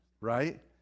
right